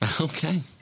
okay